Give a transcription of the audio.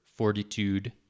Fortitude